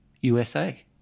USA